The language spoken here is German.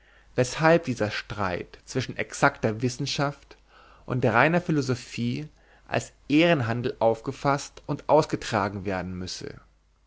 weshalb dieser streit zwischen exakter wissenschaft und reiner philosophie als ehrenhandel aufgefaßt und ausgetragen werden müsse